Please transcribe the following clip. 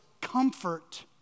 comfort